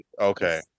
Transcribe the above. okay